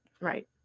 Right